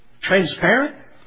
transparent